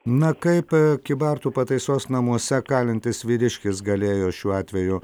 na kaip kybartų pataisos namuose kalintis vyriškis galėjo šiuo atveju